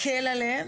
תקל עליהם,